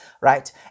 right